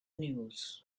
news